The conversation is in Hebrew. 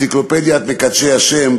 אנציקלופדיית "מקדשי השם",